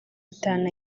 atanu